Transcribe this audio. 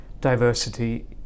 diversity